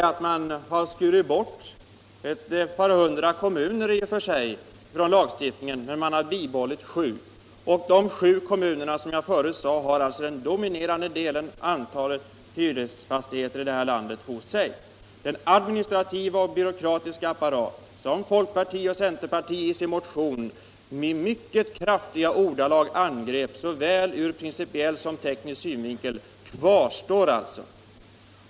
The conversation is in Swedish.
Jo, att man har skurit bort ett par hundra 161 kommuner från lagstiftningen men behållit sju. Dessa sju kommuner har dock, som jag förut sade, det dominerande antalet hyresfastigheter i detta land. Den administrativa och byråkratiska apparat som folkpartiet och centerpartiet i sin motion i mycket kraftiga ordalag angrep ur såväl principiell som teknisk synvinkel kvarstår alltså.